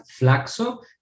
FLAXO